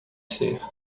ser